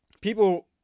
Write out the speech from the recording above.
people